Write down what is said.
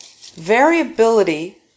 Variability